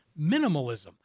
minimalism